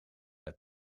het